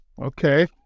Okay